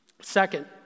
Second